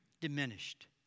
Diminished